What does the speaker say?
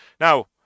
Now